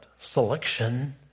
selection